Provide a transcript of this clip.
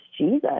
Jesus